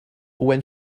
when